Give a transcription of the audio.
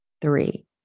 Three